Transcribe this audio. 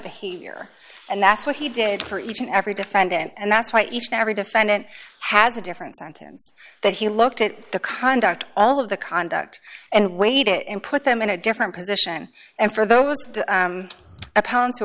behavior and that's what he did for each and every defendant and that's why each and every defendant has a different that he looked at the conduct all of the conduct and weighed it and put them in a different position and for those a pound to